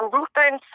Lutheran